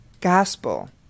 gospel